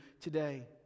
today